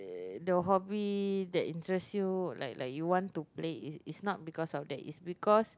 the hobby that interest you like like you want to play it's it's not because of that is because